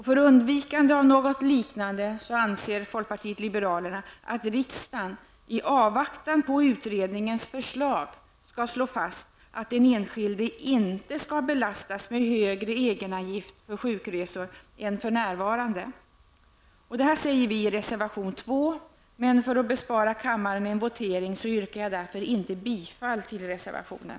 För undvikande av något liknande anser folkpartiet liberalerna att riksdagen, i avvaktan på utredningens förslag, skall slå fast att den enskilde inte skall belastas med högre egenavgift för sjukresor än för närvarande. Detta sägs i reservation 2, men för att bespara kammaren en votering yrkar jag inte bifall till reservationen.